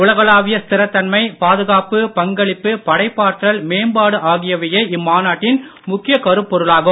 உலகளாவிய ஸ்திரத்தன்மை பாதுகாப்பு பங்களிப்பு படைப்பாற்றல் மேம்பாடு ஆகியவையே இம்மாநாட்டின் முக்கிய கருப்பொருளாகும்